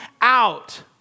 out